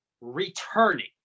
returning